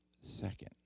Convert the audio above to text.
second